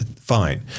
fine